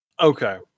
Okay